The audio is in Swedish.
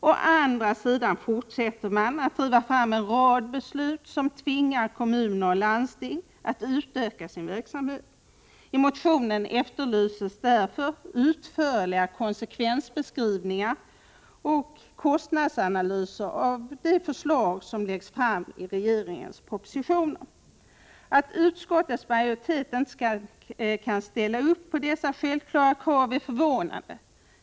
Å andra sidan fortsätter man att driva fram en rad beslut som tvingar kommuner och landsting att utöka sin verksamhet. I motionen efterlyses därför utförliga konsekvensbeskrivningar och kostnadsanalyser av de förslag som läggs fram i regeringens propositioner. Att utskottets majoritet inte kan ställa upp på dessa självklara krav är förvånande.